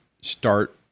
start